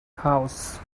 house